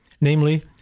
namely